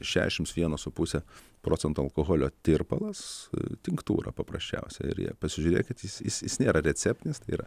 šešims vieno su puse procento alkoholio tirpalas tinktūra paprasčiausia ir ją pasižiūrėkit jis jis jis nėra receptinis tai ir